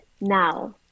now